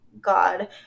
God